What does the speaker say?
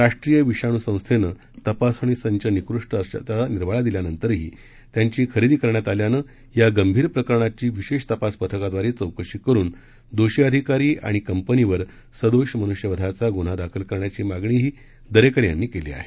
राष्ट्रीय विषाणू संस्थेनं तपासणी संच निकृष्ट असल्याचा निर्वाळा दिल्यानंतरही त्यांची खरेदी करण्यात आल्यानं या गंभीर प्रकरणाची विशेष तपास पथकाद्वारे चौकशी करून दोषी अधिकारी आणि कंपनीवर सदोष मनुष्यवधाचा गुन्हा दाखल करण्याची मागणीही दरेकर यांनी केली आहे